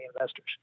investors